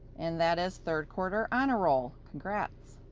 and that is third quarter honor roll. congrats!